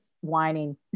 whining